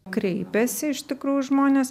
kreipiasi iš tikrųjų žmonės